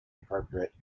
appropriate